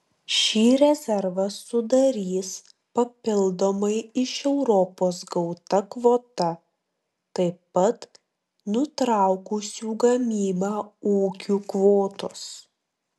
šį rezervą sudarys papildomai iš europos gauta kvota taip pat nutraukusių gamybą ūkių kvotos